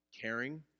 caring